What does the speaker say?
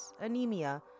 anemia